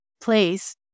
place